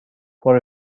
for